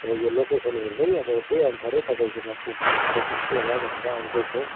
अब यो लोकेसन हेर्दै अब त्यहीअनुसार नै तपाईँकोमा पुग्छु आइपुग्छु होला भनेर आउँदैछौँ